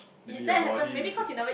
to be your body is just